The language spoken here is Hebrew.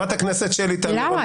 למה?